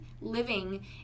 living